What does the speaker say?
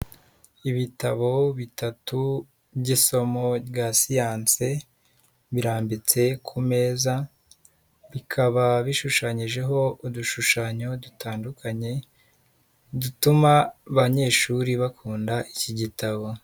Ibitabo bitatu by'isomo rya siyanse birambitse ku meza, bikaba bishushanyijeho udushushanyo dutandukanye dutuma abanyeshuri bakunda iki gitabo.